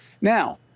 now